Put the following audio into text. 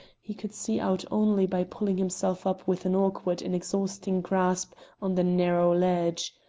he could see out only by pulling himself up with an awkward and exhausting grasp on the narrow ledge.